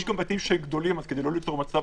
יש גם בתים שהם גדולים אז כדי לא ליצור מצב